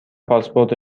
پاسپورت